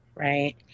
Right